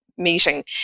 meeting